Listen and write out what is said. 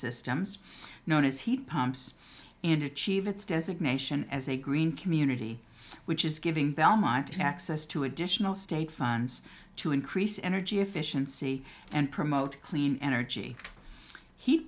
systems known as heat pumps and achieve its designation as a green community which is giving belmonte access to additional state funds to increase energy efficiency and promote clean energy he